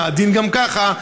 העדין גם ככה,